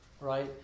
right